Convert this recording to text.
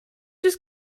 just